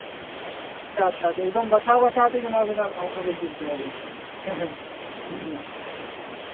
ᱮᱠᱫᱚᱢ ᱵᱟᱪᱷᱟᱣ ᱵᱟᱪᱷᱟᱣ ᱛᱤᱧ ᱮᱢᱟᱵᱤᱱᱟ ᱟᱞᱚ ᱵᱤᱱ ᱪᱤᱱᱛᱟᱹᱭᱟ ᱟᱹᱵᱤᱱ ᱦᱮᱸ ᱦᱮᱸ